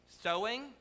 sewing